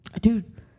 dude